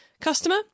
customer